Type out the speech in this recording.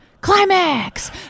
Climax